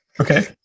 Okay